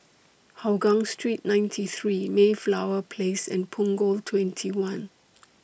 Hougang Street ninety three Mayflower Place and Punggol twenty one